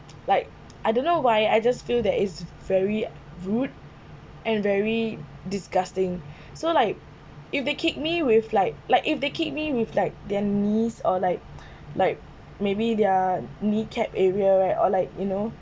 like I don't know why I just feel that is very rude and very disgusting so like if they kicked me with like like if they kicked me with like their knees or like like maybe their kneecap area right or like you know